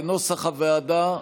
כנוסח הוועדה.